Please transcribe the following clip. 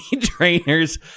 trainers